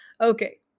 Okay